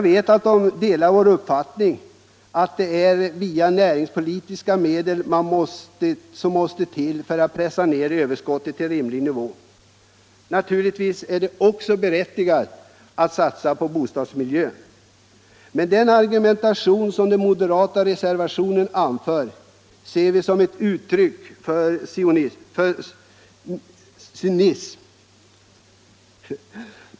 Den delar vår uppfattning att näringspolitiska medel måste till för att pressa ner överskottet till rimlig nivå. Naturligtvis är det också berättigat att satsa på bostadsmiljön. Den argumentation som den moderata reservationen anför ser vi såsom ett uttryck för cynism.